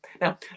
Now